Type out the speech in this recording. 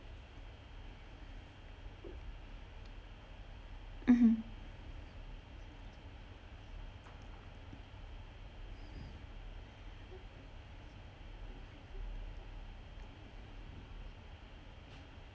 mmhmm